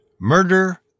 murder